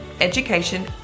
education